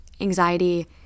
anxiety